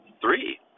three